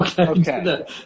Okay